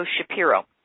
Shapiro